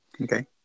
Okay